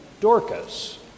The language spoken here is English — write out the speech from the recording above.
Dorcas